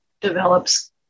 develops